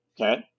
okay